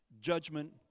judgment